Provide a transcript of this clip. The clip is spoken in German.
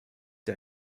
der